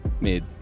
Mid